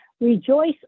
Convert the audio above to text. Rejoice